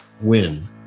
WIN